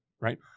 right